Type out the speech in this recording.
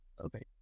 okay